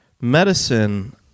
medicine